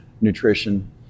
nutrition